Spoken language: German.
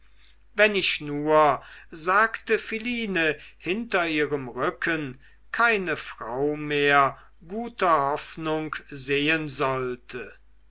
wenn ich nur sagte philine hinter ihrem rücken keine frau mehr guter hoffnung sehen sollte